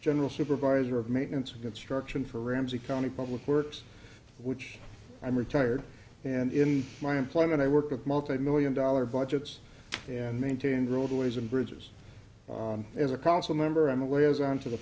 general supervisor of maintenance construction for ramsey county public works which i'm retired and in my employment i work a multimillion dollar budgets and maintain roadways and bridges as a council member in a way as i am to the